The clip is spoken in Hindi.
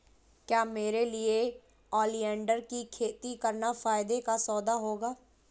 क्या मेरे लिए ओलियंडर की खेती करना फायदे का सौदा होगा?